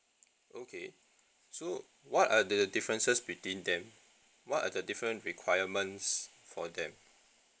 okay so what are the differences between them what are the different requirements for them